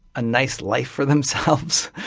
a nice life for themselves,